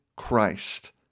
Christ